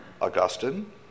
Augustine